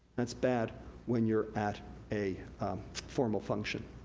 that's bad when you're at a formal function.